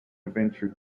adventure